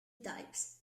types